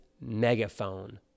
megaphone